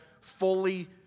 fully